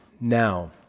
now